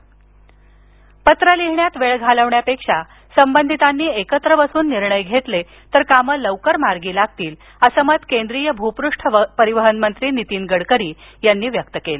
वाहतूक प्रकल्प पत्र लिहिण्यात वेळ घालवण्यापेक्षा संबंधितांनी एकत्र बसून निर्णय घेतले तर कामं लवकर मार्गी लागतील असं मत केंद्रीय भुपृष्ठ परिवहन मंत्री नीतीन गडकरी यांनी व्यक्त केलं